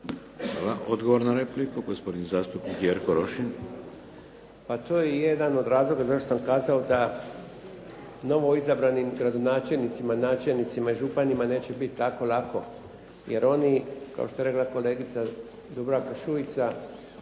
Odgovor na repliku, gospodin zastupnik Jerko Rošin. **Rošin, Jerko (HDZ)** Pa to je i jedan od razloga zašto sam kazao da novoizabranim načelnicima, gradonačelnicima i županima neće biti tako lako, jer oni kao što je rekla kolegica Dubravka Šuica